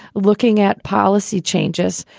looking at policy changes,